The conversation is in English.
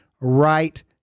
right